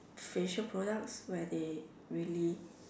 facial products where they really